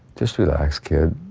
just relax kid